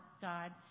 god